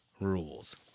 rules